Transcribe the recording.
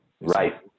Right